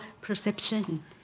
perception